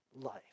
life